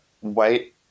white